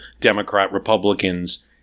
Democrat-Republicans